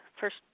first